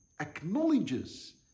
acknowledges